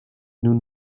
nous